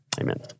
Amen